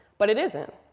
but it isn't.